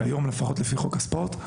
לפחות לפי חוק הספורט.